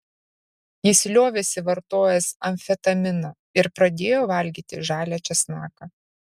jis liovėsi vartojęs amfetaminą ir pradėjo valgyti žalią česnaką